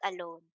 alone